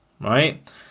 right